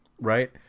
right